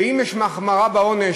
ואם יש החמרה בעונש,